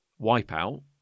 Wipeout